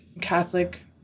Catholic